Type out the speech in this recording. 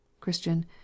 christian